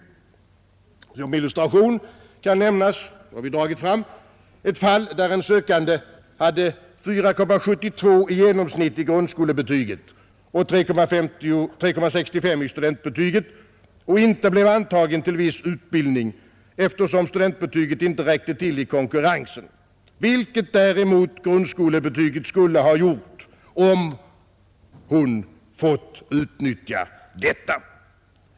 Såsom illustration kan nämnas — det har vi dragit fram — ett fall, där en sökande hade 4,72 i genomsnitt i grundskolebetyget och 3,65 i studentbetyget och inte blev antagen till viss utbildning, eftersom studentbetyget inte räckte till i konkurrensen, vilket däremot grundskolebetyget skulle ha gjort, om hon fått utnyttja detta.